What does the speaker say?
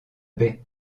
baie